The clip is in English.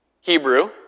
Hebrew